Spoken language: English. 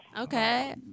okay